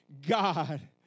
God